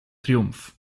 triumph